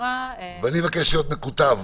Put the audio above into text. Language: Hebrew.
אני מבקש להיות מכותב,